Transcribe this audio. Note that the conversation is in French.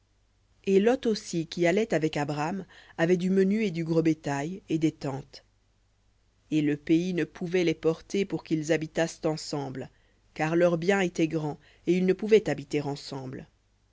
et lot aussi qui allait avec abram avait du menu et du gros bétail et des tentes et le pays ne pouvait les porter pour qu'ils habitassent ensemble car leur bien était grand et ils ne pouvaient habiter ensemble